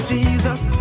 Jesus